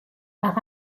par